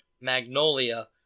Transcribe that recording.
Magnolia